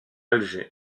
alger